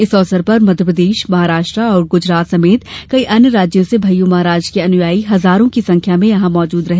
इस अवसर पर मध्यप्रदेश महाराष्ट्र और ग्जरात समेत कई अन्य राज्यों से भय्य महाराज के अनुयायी हजारों की संख्या में यहां मौजूद रहे